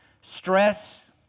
stress